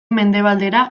mendebaldera